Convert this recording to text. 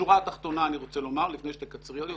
בשורה התחתונה אני רוצה לומר, זה